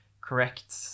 correct